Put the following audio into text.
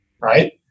right